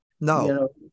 no